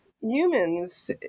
Humans